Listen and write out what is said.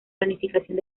planificación